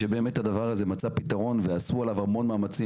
שבאמת הדבר הזה מצא פתרון ועשו עליו המון מאמצים.